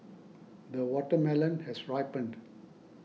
the watermelon has ripened